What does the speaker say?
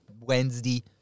Wednesday